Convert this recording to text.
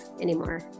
anymore